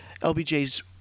LBJ's